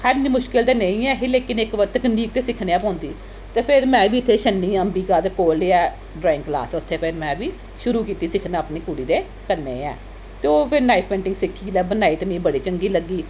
खैर इन्नी मुश्कल ते नेईं ऐ ही लेकन इक बक्त कन्नै ते सिक्खने गै पौंदी ते फिर में बी इत्थै छन्नी अम्बिका दे कोल गे ऐ ड्राइंग क्लास उत्थै फिर में बी शुरू कीती सिक्खना अपनी कुड़ी दे कन्नै गै ते ओह् फिर नाइफ पेंटिंग सिक्खी ते बनाई ते मी बड़ी चंगी लग्गी